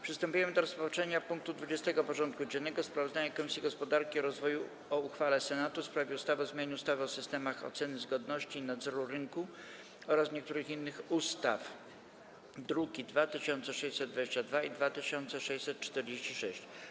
Przystępujemy do rozpatrzenia punktu 20. porządku dziennego: Sprawozdanie Komisji Gospodarki i Rozwoju o uchwale Senatu w sprawie ustawy o zmianie ustawy o systemach oceny zgodności i nadzoru rynku oraz niektórych innych ustaw (druki nr 2622 i 2646)